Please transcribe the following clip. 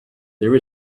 there